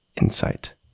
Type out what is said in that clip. insight